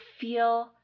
feel